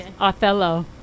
Othello